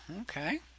okay